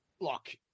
Look